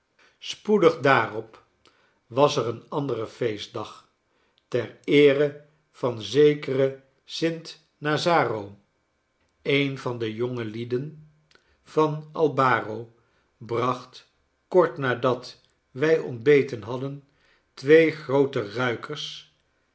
spoedig daarop was er een andere feestdag ter eere van zekere sint nazaro een van de jongelieden van albaro bracht kort nadat wij ontbeten h add en twee groote ruikers